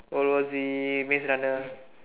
world war Z maze runner